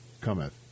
cometh